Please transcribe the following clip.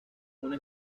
una